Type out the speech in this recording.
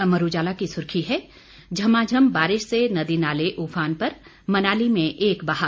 अमर उजाला की सुर्खी है झमाझम बारिश से नदी नाले उफान पर मनाली में एक बहा